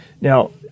Now